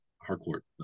Harcourt